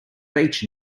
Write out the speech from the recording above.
beach